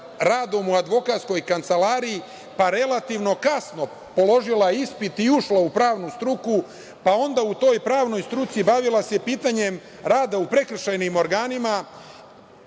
radom u advokatskoj kancelariji, pa relativno kasno položila ispit i ušla u pravnu struku, pa onda u toj pravnoj struci bavila se pitanjem rada u prekršajnim organima,